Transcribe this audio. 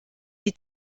die